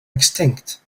extinct